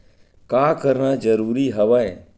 का करना जरूरी हवय?